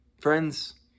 Friends